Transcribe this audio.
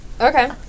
Okay